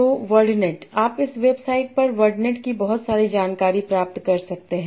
तो वर्डनेट आप इस वेबसाइट पर वर्डनेट की बहुत सारी जानकारी प्राप्त कर सकते हैं